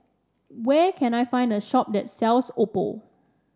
where can I find a shop that sells Oppo